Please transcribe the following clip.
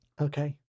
Okay